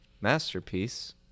masterpiece